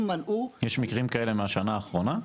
מנעו --- יש מקרים כאלה מהשנה האחרונה?